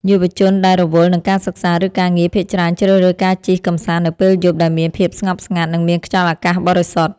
យុវជនដែលរវល់នឹងការសិក្សា ឬការងារ ភាគច្រើនជ្រើសរើសការជិះកម្សាន្តនៅពេលយប់ដែលមានភាពស្ងប់ស្ងាត់ និងមានខ្យល់អាកាសបរិសុទ្ធ។